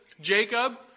Jacob